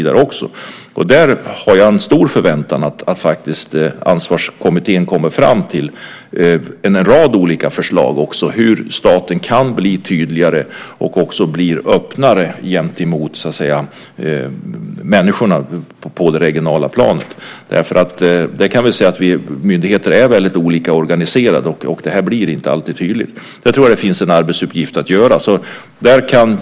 Där har jag en stor förväntan på att Ansvarskommittén kommer fram till en rad olika förslag på hur staten kan bli tydligare och öppnare gentemot människorna på det regionala planet. Myndigheter är väldigt olika organiserade, och detta blir inte alltid tydligt. Där finns det en arbetsuppgift.